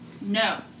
no